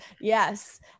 yes